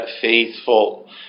faithful